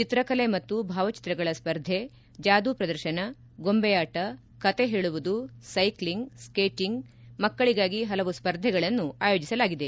ಚಿತ್ರಕಲೆ ಮತ್ತು ಭಾವಚಿತ್ರಗಳ ಸ್ಪರ್ಧೆ ಜಾದು ಪ್ರದರ್ಶನ ಗೊಂಬೆ ಆಬ ಕಥೆ ಹೇಳುವುದು ಸೈಕ್ಷಿಂಗ್ ಸೈಟಿಂಗ್ ಮಕ್ಕಳಿಗಾಗಿ ಪಲವು ಸ್ಪರ್ಧೆಗಳನ್ನು ಆಯೋಜಿಸಲಾಗಿದೆ